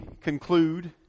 conclude